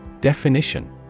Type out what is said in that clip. Definition